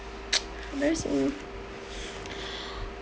embarrassed moment